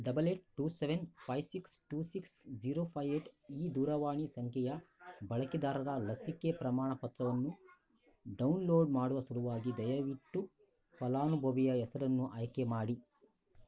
double eight two seven five six two six zero five eight ಈ ದೂರವಾಣಿ ಸಂಖ್ಯೆಯ ಬಳಕೆದಾರರ ಲಸಿಕೆ ಪ್ರಮಾಣ ಪತ್ರವನ್ನು ಡೌನ್ಲೋಡ್ ಮಾಡುವ ಸಲುವಾಗಿ ದಯವಿಟ್ಟು ಫಲಾನುಭವಿಯ ಹೆಸ್ರನ್ನು ಆಯ್ಕೆ ಮಾಡಿ